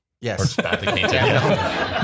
Yes